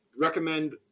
recommend